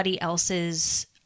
else's